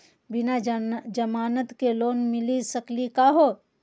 बिना जमानत के लोन मिली सकली का हो?